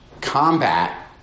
combat